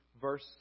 verse